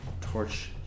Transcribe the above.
torch